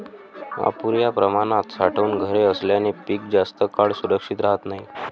अपुर्या प्रमाणात साठवणूक घरे असल्याने पीक जास्त काळ सुरक्षित राहत नाही